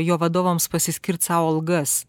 jo vadovams pasiskirti sau algas